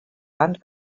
and